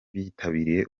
bitabiriye